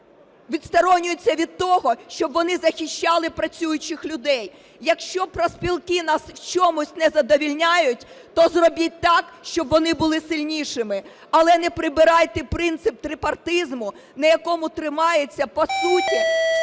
відсторонюються від того, щоб вони захищали працюючих людей. Якщо профспілки нас у чомусь не задовольняють, то зробіть так, щоб вони були сильнішими, але не прибирайте принцип трипартизму, на якому тримається по суті